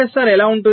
LFSR ఎలా ఉంటుంది